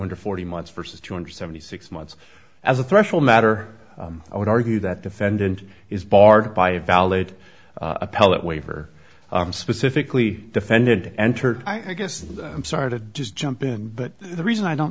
hundred forty months vs two hundred seventy six months as a threshold matter i would argue that defendant is barred by a valid appellate waiver specifically defended entered i guess and i'm sorry to just jump in but the reason i don't